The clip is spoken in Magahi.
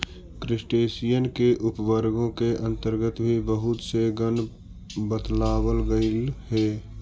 क्रस्टेशियन के उपवर्गों के अन्तर्गत भी बहुत से गण बतलावल गेलइ हे